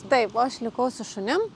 taip o aš likau su šunim